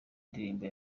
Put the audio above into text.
ndirimbo